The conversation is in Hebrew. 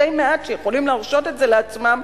מתי-מעט שיכולים להרשות את זה לעצמם,